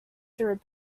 through